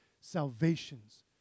salvations